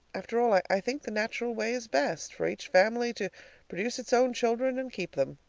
after all, i think the natural way is best for each family to produce its own children, and keep them.